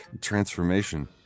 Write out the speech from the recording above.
transformation